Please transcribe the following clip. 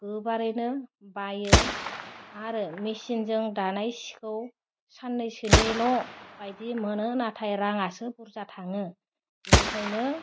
गोबारैनो बाइयो आरो मेसिनजों दानाय सिखौ सान्नैसोनिल' बायदि मोनो नाथाइ राङासो बुरजा थाङो बिनिखायनो